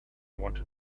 wanted